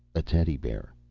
a teddy bear.